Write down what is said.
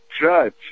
judge